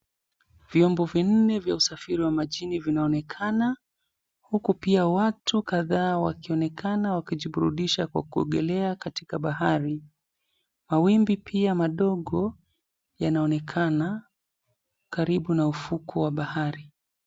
Vyombo vinne vya usafiri wa majini vinaonekana huku pia watu kadhaa wakionekana wakijiburudisha kwa kuogelea katika bahari. Mawimbi pia madogo yanaonekana karibu na ufukwe wa bahari.